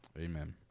Amen